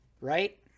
Right